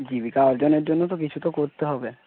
জীবিকা অর্জনের জন্য তো কিছু তো করতে হবে